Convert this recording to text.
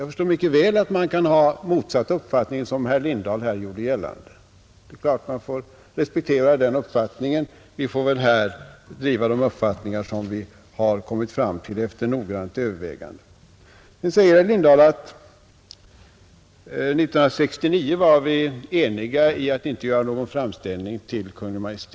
Jag förstår mycket väl att man kan ha den motsatta uppfattningen, som herr Lindahl här gjorde gällande, och den bör respekteras. Vi får väl här var och en driva de meningar som vi har kommit fram till efter noggrant övervägande. Nu säger herr Lindahl att vii statsutskottet 1970 var eniga om att det inte skulle göras någon framställning till Kungl. Maj:t.